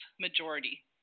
majority